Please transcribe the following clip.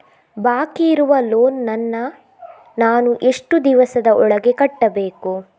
ಬಾಕಿ ಇರುವ ಲೋನ್ ನನ್ನ ನಾನು ಎಷ್ಟು ದಿವಸದ ಒಳಗೆ ಕಟ್ಟಬೇಕು?